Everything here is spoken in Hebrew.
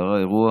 קרה אירוע